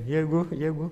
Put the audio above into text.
jeigu jeigu